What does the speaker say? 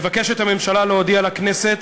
מבקשת הממשלה להודיע לכנסת,